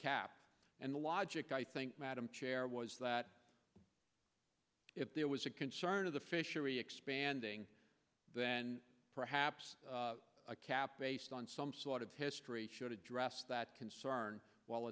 cap and the logic i think madam chair was that if there was a concern of the fishery expanding then perhaps a cap based on some sort of history should address that concern while